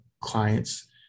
clients